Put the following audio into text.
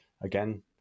again